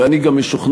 ואני גם משוכנע,